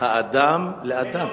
אדם לאדם.